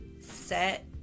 set